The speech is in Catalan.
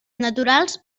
naturals